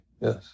Yes